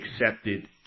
accepted